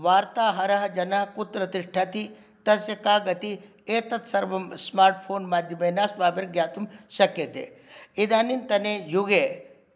वार्ताहरः जन कुत्र तिष्ठति तस्य का गतिः एतत् सर्वं स्मार्ट् फ़ोन् माध्यमेन अस्माभिर्ज्ञातुं शक्यते इदानीं तने युगे